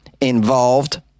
involved